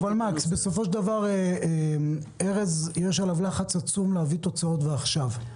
על ארז יש לחץ עצום להביא תוצאות ועכשיו.